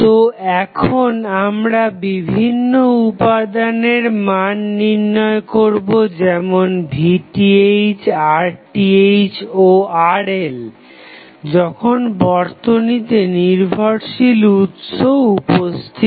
তো এখন আমরা বিভিন্ন উপাদানের মান নির্ণয় করবো যেমন VTh RTh ও RL যখন বর্তনীতে নির্ভরশীল উৎস উপস্থিত